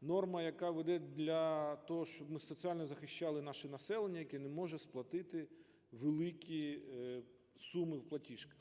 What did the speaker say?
норма, яка веде для того, щоб ми соціально захищали наше населення, яке не може сплатити великі суми в платіжках.